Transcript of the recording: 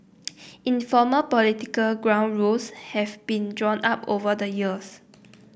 informal political ground rules have been drawn up over the years